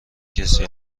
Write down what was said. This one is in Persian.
کسی